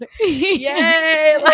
yay